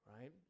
right